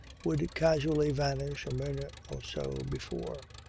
would casually vanish a minute or so before,